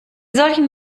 solchen